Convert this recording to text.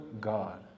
God